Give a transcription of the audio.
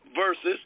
versus